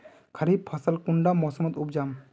खरीफ फसल कुंडा मोसमोत उपजाम?